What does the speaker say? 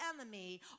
enemy